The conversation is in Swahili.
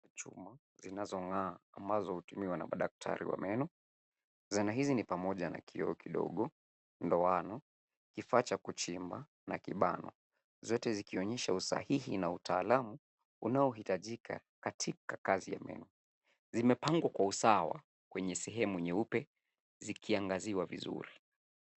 Chuma zinazong'aa ambazo hutumiwa na madaktari wa meno. Zana hizi ni pamoja na kioo kidogo, ndoano, kifaa cha kuchimba na kibano, zote zikionyesha usahihi na utaalamu unaohitajika katika kazi ya meno. Zimepangwa kwa usawa kwenye sehemu nyeupe zikiangaziwa vizuri.